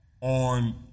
on